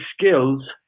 skills